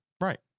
Right